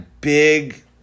big